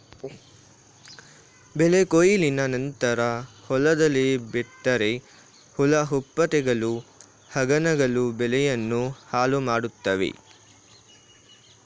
ಬೆಳೆ ಕೊಯ್ಲಿನ ನಂತರ ಹೊಲದಲ್ಲೇ ಬಿಟ್ಟರೆ ಹುಳ ಹುಪ್ಪಟೆಗಳು, ಹೆಗ್ಗಣಗಳು ಬೆಳೆಯನ್ನು ಹಾಳುಮಾಡುತ್ವೆ